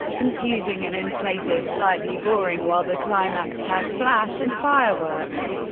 confusing and, in places, slightly boring, while the climax has flash and fireworks,